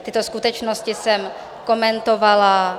Tyto skutečnosti jsem komentovala...